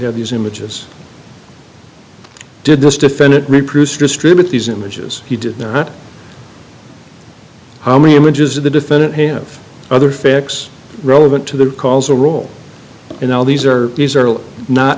have these images did this defendant reproduce distribute these images he did not how many images of the defendant have other facts relevant to the calls a role in all these are these are not